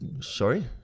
sorry